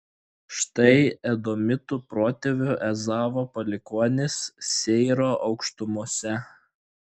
štai edomitų protėvio ezavo palikuonys seyro aukštumose